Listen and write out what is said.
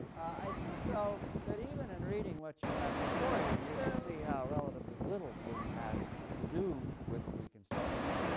i think though that, even in reading what you have before you, you can see how relatively little bloom has to do with deconstruction.